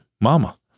mama